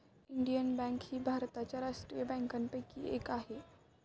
Indian bank ही भारताच्या राष्ट्रीय बँकांपैकी एक आहे